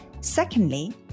Secondly